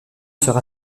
sera